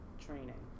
training